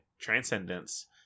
Transcendence